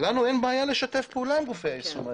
לנו אין בעיה לשתף פעולה עם גופי היישום האלה.